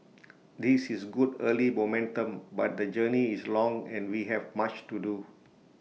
this is good early momentum but the journey is long and we have much to do